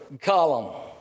column